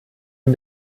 ein